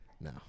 no